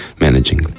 managing